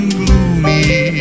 gloomy